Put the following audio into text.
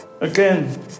again